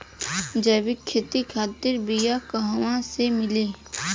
जैविक खेती खातिर बीया कहाँसे मिली?